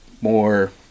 more